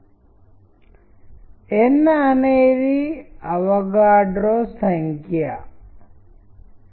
title మార్చిన ప్రతిసారీ మీరు వ్రాసే కథ యొక్క అర్థం మారుతుంది నేను దానిని ఒక తరగతి విద్యార్థులతో మరియు కథలు ప్రతిసారీ టైటిల్లు భిన్నంగా ఉన్న ప్రతిసారీ ప్రయత్నించాను